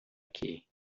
aqui